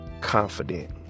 confident